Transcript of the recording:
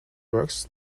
works